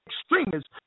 extremists